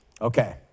Okay